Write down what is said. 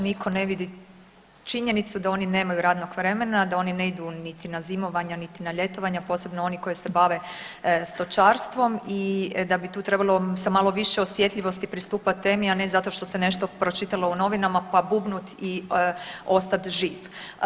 Niko ne vidi činjenicu da oni nemaju radnog vremena, da oni ne idu niti na zimovanja, niti na ljetovanja, posebno oni koji se bave stočarstvo i da bi tu trebalo sa malo više osjetljivosti pristupa temi, a ne zato što se nešto pročitalo u novinama pa bubnut i ostat živ.